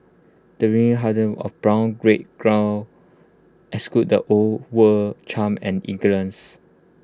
the of brown red exude the old world charm and elegance